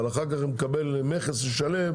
אבל אחר כך זה מקבל מכס שלם,